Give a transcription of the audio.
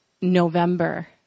November